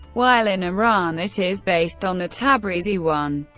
while in iran it is based on the tabrizi one.